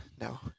no